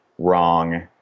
wrong